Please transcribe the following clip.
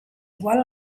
igual